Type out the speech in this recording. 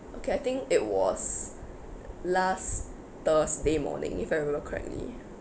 okay I think it was last thursday morning if I remember correctly